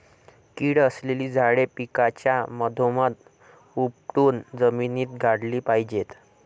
कीड असलेली झाडे पिकाच्या मधोमध उपटून जमिनीत गाडली पाहिजेत